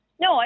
No